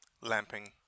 lamping